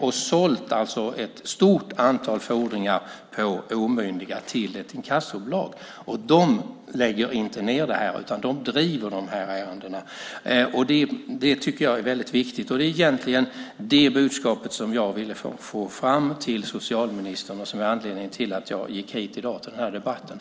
Man har alltså sålt ett stort antal fordringar på omyndiga till ett inkassobolag. De lägger inte ned detta, utan driver ärendena. Det var egentligen det budskapet som jag ville få fram till socialministern och anledningen till att jag kom till den här debatten.